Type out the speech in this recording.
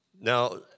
Now